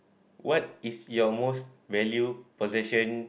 what is your most valued possession